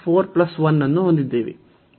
ಇದು 13 ಆಗಿದೆ